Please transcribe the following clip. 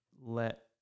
let